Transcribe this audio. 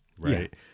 right